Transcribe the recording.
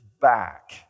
back